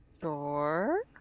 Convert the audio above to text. Sure